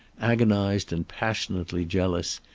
agonized and passionately jealous,